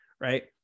Right